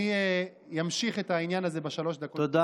אני אמשיך את העניין הזה בשלוש הדקות הבאות שלי,